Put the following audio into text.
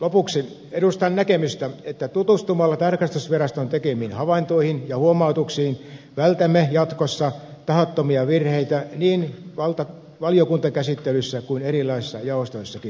lopuksi edustan näkemystä että tutustumalla tarkastusviraston tekemiin havaintoihin ja huomautuksiin vältämme jatkossa tahattomia virheitä niin valiokuntakäsittelyssä kuin erilaisissa jaostoissakin